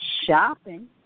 shopping